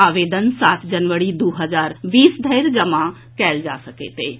आवेदन सात जनवरी दू हजार बीस धरि जमा कयल जा सकैत अछि